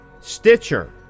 Stitcher